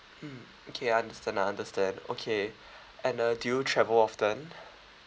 mm okay I understand I understand okay and uh do you travel often